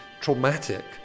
traumatic